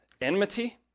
Enmity